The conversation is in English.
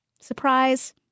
Surprise